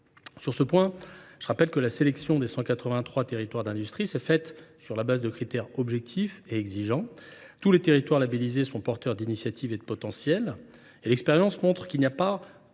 Sur ce point, je rappelle que la sélection des 183 territoires d’industrie s’est faite sur la base de critères objectifs et exigeants. Tous les territoires labellisés sont porteurs d’initiatives et de potentiel. L’expérience montre qu’il n’y a pas